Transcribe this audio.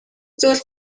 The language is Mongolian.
зүйл